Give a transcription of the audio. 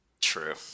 true